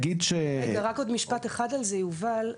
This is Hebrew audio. רגע, רק עוד משפט על זה, יובל.